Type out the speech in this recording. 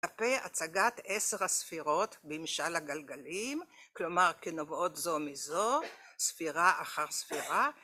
לגבי הצגת עשר הספירות במשל הגלגלים כלומר כנובעות זו מזו ספירה אחר ספירה